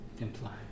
Imply